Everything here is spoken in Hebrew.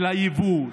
של היבוא,